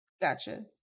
Gotcha